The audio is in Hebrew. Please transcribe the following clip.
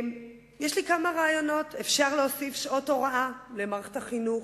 יש לי כמה רעיונות: אפשר להוסיף שעות הוראה למערכת החינוך,